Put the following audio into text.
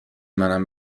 منم